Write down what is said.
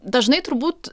dažnai turbūt